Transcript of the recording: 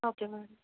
okay madam